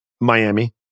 Miami